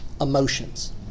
emotions